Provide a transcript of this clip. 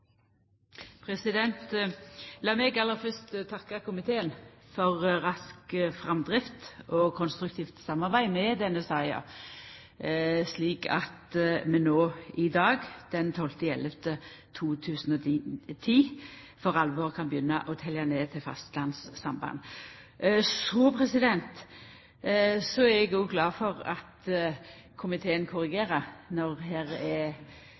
meg aller fyrst takka komiteen for rask framdrift og konstruktivt samarbeid i denne saka, slik at vi no i dag, den 12. november 2010, for alvor kan begynna å telja ned til fastlandssamband. Så er eg òg glad for at komiteen korrigerer når det er